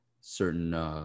certain